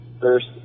first